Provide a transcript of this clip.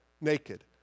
Naked